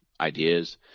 ideas